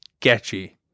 sketchy